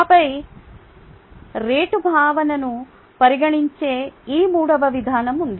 ఆపై రేటు భావనను పరిగణించే ఈ మూడవ విధానం ఉంది